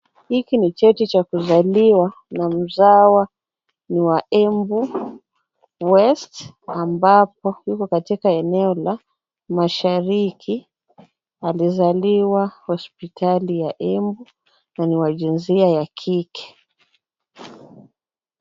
Hiki ni cheti cha kuzaliwa, na mzawa ni wa Embu West , ambapo yuko katika eneo la mashariki. Alizaliwa, hospitali ya Embu, na ni wa jinsia ya kike.